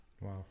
Wow